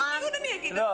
רם,